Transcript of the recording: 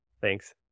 thanks